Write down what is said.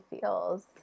feels